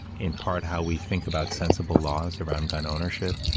in part, how we think about sensible laws around gun ownership,